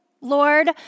Lord